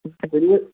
ذٔریعہِ